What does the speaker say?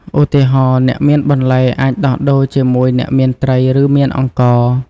ឧទាហរណ៍ អ្នកមានបន្លែអាចដោះដូរជាមួយអ្នកមានត្រី ឬមានអង្ករ។